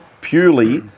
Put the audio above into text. purely